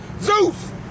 Zeus